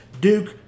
Duke